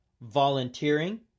volunteering